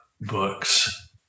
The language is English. books